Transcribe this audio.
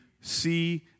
see